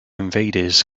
invaders